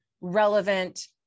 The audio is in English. relevant